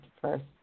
first